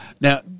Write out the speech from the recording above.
Now